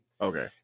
Okay